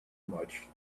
much